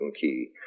key